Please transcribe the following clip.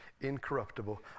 incorruptible